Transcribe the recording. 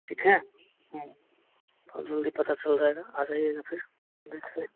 ठीक है बहुत जल्दी पता चल जाएगा आ जाइए ऑफिस देख लें